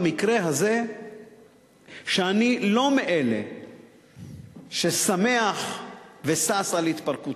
במקרה הזה אני לא מאלה ששמח ושש על התפרקותה,